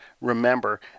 remember